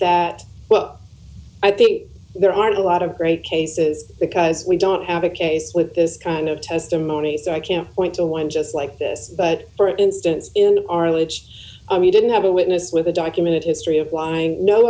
that well i think there are a lot of great cases because we don't have a case with this kind of testimony so i can't point to one just like this but for instance in our alleged we didn't have a witness with a documented history of